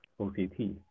OCT